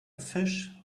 fish